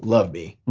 love me.